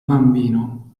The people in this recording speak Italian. bambino